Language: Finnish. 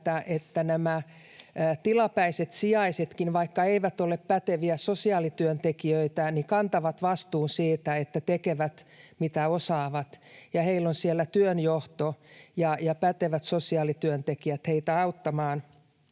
että nämä tilapäiset sijaisetkin, vaikka eivät ole päteviä sosiaalityöntekijöitä, kantavat vastuun siitä, että tekevät, mitä osaavat, ja siellä on työnjohto ja pätevät sosiaalityöntekijät heitä auttamaan.